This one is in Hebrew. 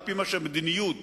על-פי המדיניות